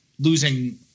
losing